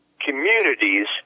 communities